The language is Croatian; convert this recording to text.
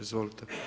Izvolite.